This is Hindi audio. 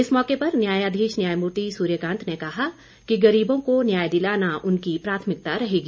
इस मौके पर न्यायाधीश न्यायमूर्ति सूर्यकांत ने कहा कि गरीबों को न्याय दिलाना उनकी प्राथमिकता रहेगी